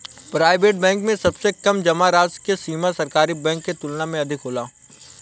private bank में सबसे कम जामा राशि के सीमा सरकारी बैंक के तुलना में अधिक होला